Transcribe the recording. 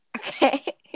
Okay